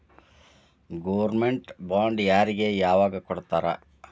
Government bond ಯಾರಿಗೆ ಯಾವಗ್ ಕೊಡ್ತಾರ?